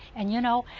and you know,